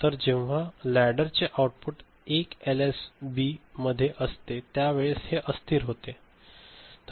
तर जेव्हा लॅडर चे ते आउटपुट 1 एलएसबीमध्ये असते त्या वेळेस हे अस्थिर होते